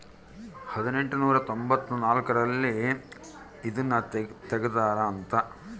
ಹದಿನೆಂಟನೂರ ತೊಂಭತ್ತ ನಾಲ್ಕ್ ರಲ್ಲಿ ಇದುನ ತೆಗ್ದಾರ ಅಂತ